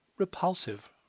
Repulsive